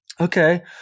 Okay